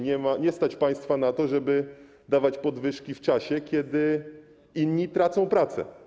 Nie stać państwa na to, żeby dawać podwyżki w czasie, kiedy inni tracą pracę.